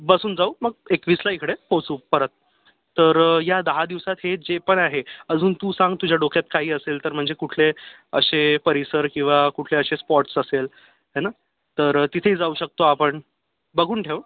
बसून जाऊ मग एकवीसला इकडे पोहोचू परत तर या दहा दिवसात हे जे पण आहे अजून तू सांग तुझ्या डोक्यात काही असेल तर म्हणजे कुठले असे परिसर किंवा कुठले असे स्पॉट्स असेल है ना तर तिथेही जाऊ शकतो आपण बघून ठेव